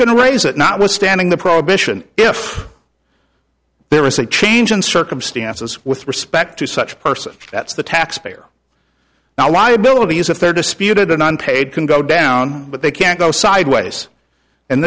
can raise it notwithstanding the prohibition if there is a change in circumstances with respect to such person that's the taxpayer now liabilities if they're disputed unpaid can go down but they can't go sideways and